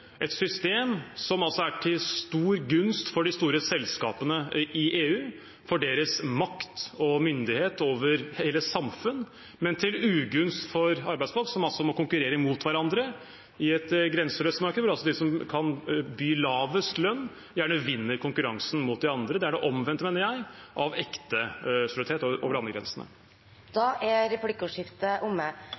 et system som er til stor gunst for de store selskapene i EU, for deres makt og myndighet over hele samfunn, men til ugunst for arbeidsfolk som må konkurrere mot hverandre i et grenseløst marked, hvor de som kan by lavest lønn, gjerne vinner konkurransen mot de andre. Det er det omvendte, mener jeg, av ekte solidaritet over landegrensene. Replikkordskiftet er omme.